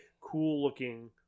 cool-looking